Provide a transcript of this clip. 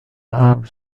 امر